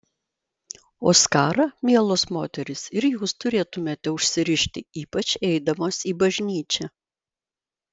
o skarą mielos moterys ir jūs turėtumėte užsirišti ypač eidamos į bažnyčią